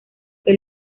que